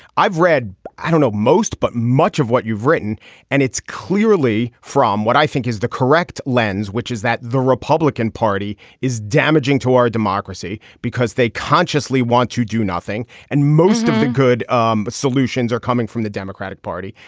i've read i don't know most but much of what you've written and it's clearly from what i think is the correct lens which is that the republican party is damaging to our democracy because they consciously want to do nothing and most of the good um solutions are coming from the democratic party.